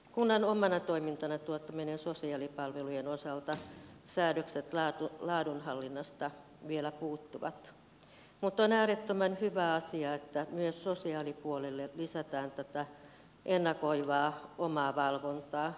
kunnan omana toimintanaan tuottamien sosiaalipalvelujen osalta säädökset laadunhallinnasta vielä puuttuvat mutta on äärettömän hyvä asia että myös sosiaalipuolelle lisätään tätä ennakoivaa omavalvontaa